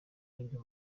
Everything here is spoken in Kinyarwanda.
n’ibyo